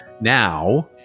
now